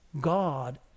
God